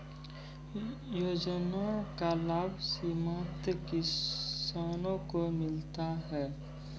योजना का लाभ सीमांत किसानों को मिलता हैं?